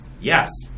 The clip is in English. yes